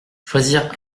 choisir